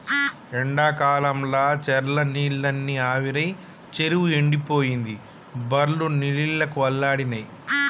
ఎండాకాలంల చెర్ల నీళ్లన్నీ ఆవిరై చెరువు ఎండిపోయింది బర్లు నీళ్లకు అల్లాడినై